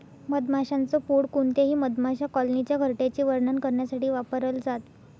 मधमाशांच पोळ कोणत्याही मधमाशा कॉलनीच्या घरट्याचे वर्णन करण्यासाठी वापरल जात